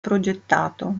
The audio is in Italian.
progettato